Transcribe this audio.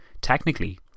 technically